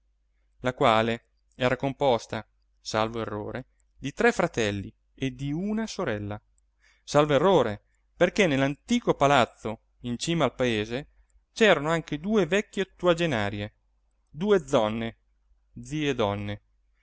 la quale era composta salvo errore di tre fratelli e di una sorella salvo errore perché nell'antico palazzo in cima al paese c'erano anche due vecchie ottuagenarie due znne